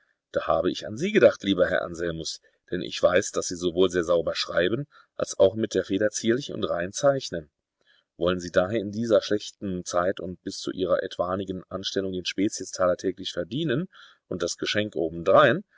da habe ich an sie gedacht lieber herr anselmus denn ich weiß daß sie sowohl sehr sauber schreiben als auch mit der feder zierlich und rein zeichnen wollen sie daher in dieser schlechten zeit und bis zu ihrer etwanigen anstellung den speziestaler täglich verdienen und das geschenk obendrein